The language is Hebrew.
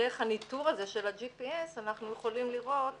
דרך הניתור הזה של ה- G.P.Sאנחנו יכולים לראות,